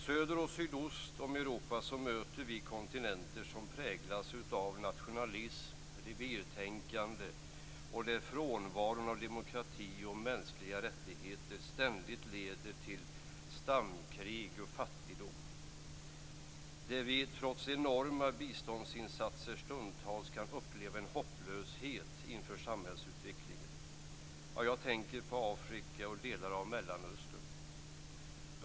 Söder och sydost om Europa möter vi kontinenter som präglas av nationalism och revirtänkande och där frånvaron av demokrati och mänskliga rättigheter ständigt leder till stamkrig och fattigdom. Trots stundtals enorma biståndsinsatser kan vi där uppleva en hopplöshet inför samhällsutvecklingen. Jag tänker på Afrika och delar av Mellanöstern.